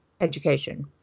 education